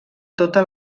tota